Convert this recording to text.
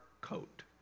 coat